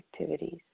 activities